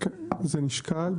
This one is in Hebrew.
כן זה נשקל,